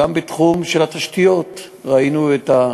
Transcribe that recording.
גם בתחום של התשתיות: ראינו את,